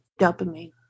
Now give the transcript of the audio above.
dopamine